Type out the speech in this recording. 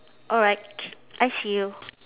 alright I see you